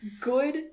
good